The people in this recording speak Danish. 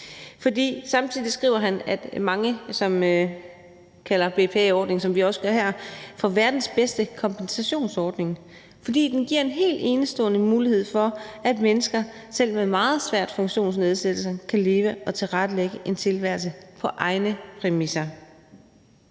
For samtidig skriver han, at mange kalder BPA-ordningen – ligesom vi også gør her – for verdens bedste kompensationsordning, fordi den giver en helt enestående mulighed for, at selv mennesker med en meget svær funktionsnedsættelse kan leve og tilrettelægge en tilværelse på egne præmisser.